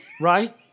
right